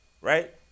right